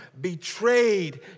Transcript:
betrayed